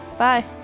Bye